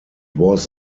was